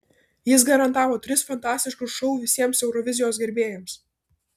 jis garantavo tris fantastiškus šou visiems eurovizijos gerbėjams